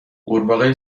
غورباغه